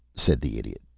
said the idiot.